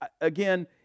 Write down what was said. again